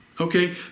Okay